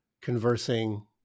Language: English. conversing